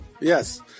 Yes